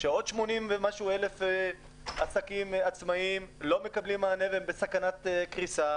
בעוד 80,000 ומשהו עסקים עצמאים לא מקבלים מענה והם בסכנת קריסה,